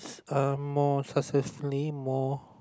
um more successfully more